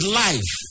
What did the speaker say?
life